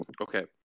Okay